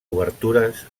obertures